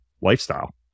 lifestyle